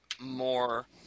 more